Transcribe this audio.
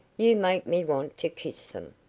you make me want to kiss them.